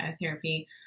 therapy